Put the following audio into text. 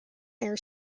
air